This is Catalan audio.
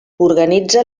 organitza